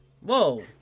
Whoa